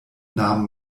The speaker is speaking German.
nahm